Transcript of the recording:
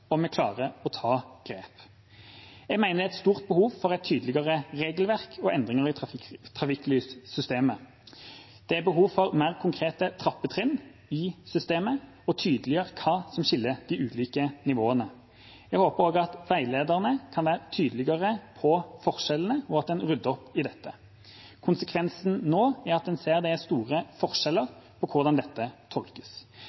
og om vi klarer å ta grep. Jeg mener det er et stort behov for et tydeligere regelverk og endringer i trafikklyssystemet. Det er behov for mer konkrete trappetrinn i systemet og for å tydeliggjøre hva som skiller de ulike nivåene. Jeg håper også at veilederne kan være tydeligere på forskjellene, og at en rydder opp i dette. Konsekvensen nå er at en ser at det er store